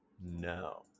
No